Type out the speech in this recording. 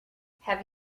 have